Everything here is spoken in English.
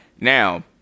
Now